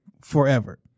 forever